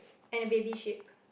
and a baby sheep